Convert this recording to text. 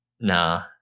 Nah